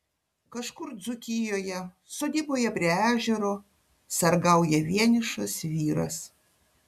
kažkur dzūkijoje sodyboje prie ežero sargauja vienišas vyras